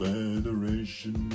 Federation